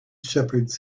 shepherds